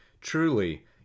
Truly